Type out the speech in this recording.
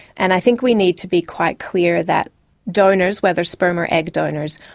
and i think we need to be quite clear that donors, whether sperm or eggs donors,